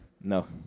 No